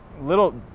little